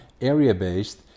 area-based